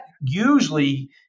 usually